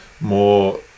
more